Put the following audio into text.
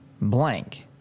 blank